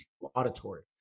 auditory